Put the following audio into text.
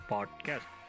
Podcast